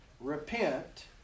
repent